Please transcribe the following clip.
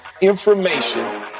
information